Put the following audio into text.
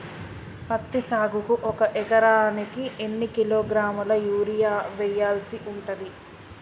పత్తి సాగుకు ఒక ఎకరానికి ఎన్ని కిలోగ్రాముల యూరియా వెయ్యాల్సి ఉంటది?